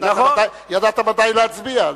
ידעת מתי להצביע.